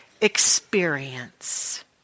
experience